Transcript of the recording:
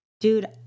Dude